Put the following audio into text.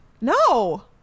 No